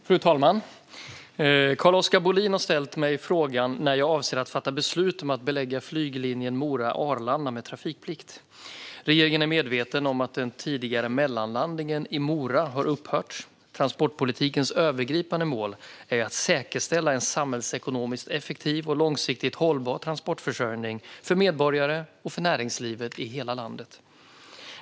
Fru talman! Carl-Oskar Bohlin har ställt mig frågan när jag avser att fatta beslut om att belägga flyglinjen Mora-Arlanda med trafikplikt. Regeringen är medveten om att den tidigare mellanlandningen i Mora har upphört. Transportpolitikens övergripande mål är att säkerställa en samhällsekonomiskt effektiv och långsiktigt hållbar transportförsörjning för medborgare och näringsliv i hela landet.